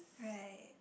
right